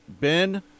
Ben